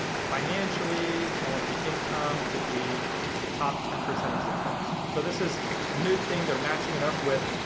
financially i want the income to be the top ten percent of zip codes. so this is a new thing they're matching it up with,